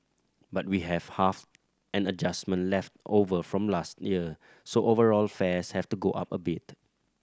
but we have half an adjustment left over from last year so overall fares have to go up a bit